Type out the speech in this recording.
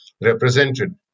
represented